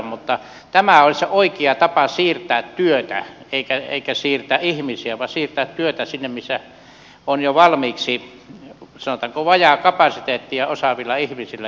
mutta tämä olisi oikea tapa siirtää työtä ei siirtää ihmisiä vaan siirtää työtä sinne missä on jo valmiiksi sanotaanko vajaakapasiteettia osaavilla ihmisillä